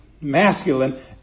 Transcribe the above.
masculine